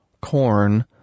corn